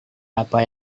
apa